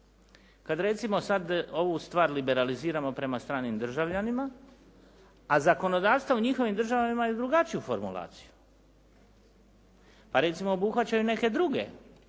kad recimo sad ovu stvar liberaliziramo prema stranim državljanima a zakonodavstva u njihovim državama imaju drugačiju formulaciju pa recimo obuhvaćaju neke druge